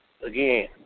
Again